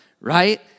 right